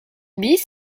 bis